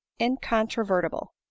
incontrovertible